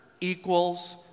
equals